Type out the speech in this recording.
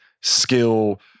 skill